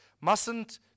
mustn't